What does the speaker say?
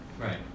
Right